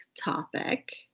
topic